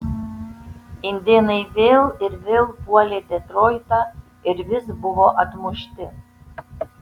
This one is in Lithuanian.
indėnai vėl ir vėl puolė detroitą ir vis buvo atmušti